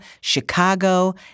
Chicago